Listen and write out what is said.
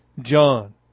John